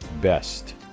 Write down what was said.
best